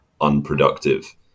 unproductive